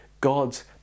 god's